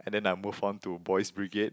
and then I move on to Boys' Brigade